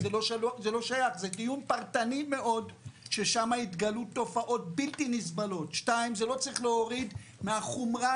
הדיון הזה לא צריך, וצריך להבין, להוריד מהחומרה